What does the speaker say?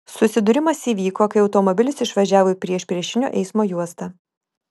susidūrimas įvyko kai automobilis išvažiavo į priešpriešinio eismo juostą